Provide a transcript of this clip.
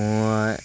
মোৰ